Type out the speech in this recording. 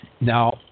Now